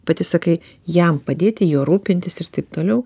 pati sakai jam padėti juo rūpintis ir taip toliau